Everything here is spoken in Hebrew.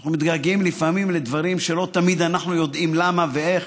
אנחנו מתגעגעים לפעמים לדברים שלא תמיד אנחנו יודעים למה ואיך,